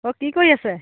অ' কি কৰি আছে